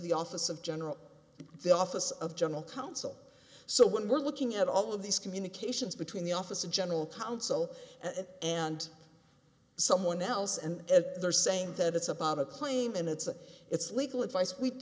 the office of general the office of general counsel so when we're looking at all of these communications between the office of general counsel and someone else and they're saying that it's about a claim and it's a it's legal advice we